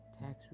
Tax